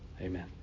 Amen